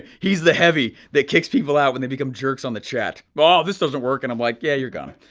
he's the heavy that kicks people out when they become jerks on the chat. wow, this doesn't work, and i'm like yeah, you're gone.